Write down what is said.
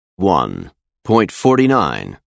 1.49